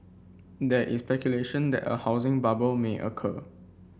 there is speculation that a housing bubble may occur